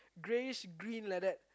greyish green like that